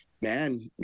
man